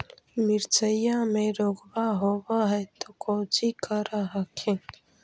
मिर्चया मे रोग्बा होब है तो कौची कर हखिन?